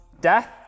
death